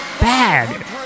bad